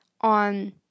on